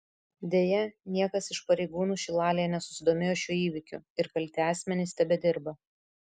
deja niekas iš pareigūnų šilalėje nesusidomėjo šiuo įvykiu ir kalti asmenys tebedirba